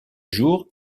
jour